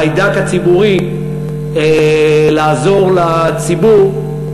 החיידק הציבורי, לעזור לציבור,